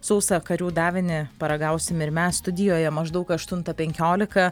sausą karių davinį paragausim ir mes studijoje maždaug aštuntą penkiolika